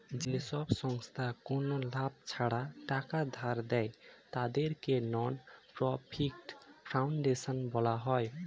যেসব সংস্থা কোনো লাভ ছাড়া টাকা ধার দেয়, তাদেরকে নন প্রফিট ফাউন্ডেশন বলা হয়